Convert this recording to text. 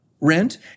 rent